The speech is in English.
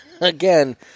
Again